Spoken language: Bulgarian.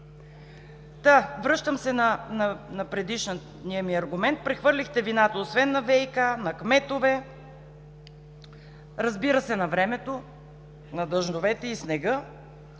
Връщам се на предишния ми аргумент. Прехвърлихте вината освен на ВиК, на кметове, разбира се, на времето – на дъждовете и снега,